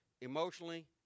emotionally